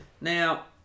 Now